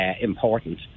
important